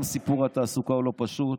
גם סיפור התעסוקה לא פשוט.